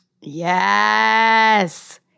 Yes